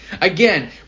Again